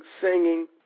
singing